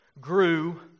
grew